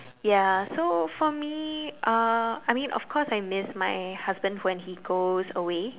ya so for me uh I mean of course I miss my husband when he goes away